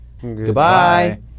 goodbye